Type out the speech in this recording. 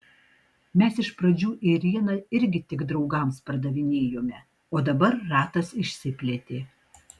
mes iš pradžių ėrieną irgi tik draugams pardavinėjome o dabar ratas išsiplėtė